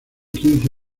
quince